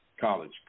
college